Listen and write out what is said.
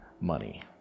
money